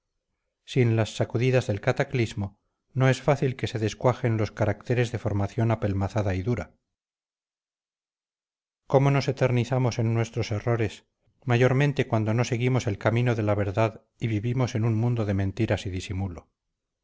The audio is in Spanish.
sin las sacudidas del cataclismo no es fácil que se descuajen los caracteres de formación apelmazada y dura cómo nos eternizamos en nuestros errores mayormente cuando no seguimos el camino de la verdad y vivimos en un mundo de mentiras y disimulo